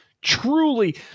truly